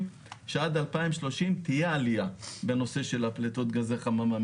שעד 2030 תהיה עליה בנושא של פליטות גזי חממה,